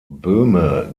böhme